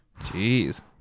Jeez